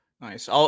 Nice